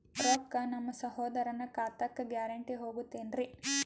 ರೊಕ್ಕ ನಮ್ಮಸಹೋದರನ ಖಾತಕ್ಕ ಗ್ಯಾರಂಟಿ ಹೊಗುತೇನ್ರಿ?